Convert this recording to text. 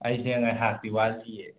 ꯑꯩꯁꯦ ꯉꯥꯏꯍꯥꯛꯇꯤ ꯋꯥꯠꯂꯤꯌꯦ